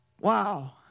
Wow